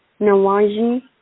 Nawaji